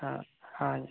हाँ हाँ जी